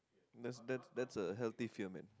that's that's that's a healthy fear man